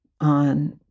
on